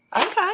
Okay